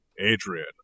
Adrian